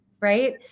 right